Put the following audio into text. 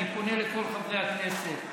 אני פונה לכל חברי הכנסת: